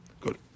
Good